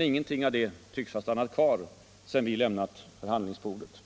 Ingenting av detta tycks ha stannat kvar, sedan vi lämnade förhandlingsbordet.